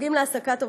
הנוגעים בהעסקת עמ"י,